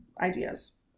ideas